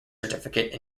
certificate